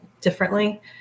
differently